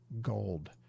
Gold